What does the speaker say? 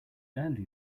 earlier